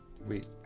Wait